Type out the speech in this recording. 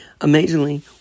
Amazingly